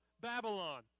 Babylon